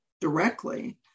directly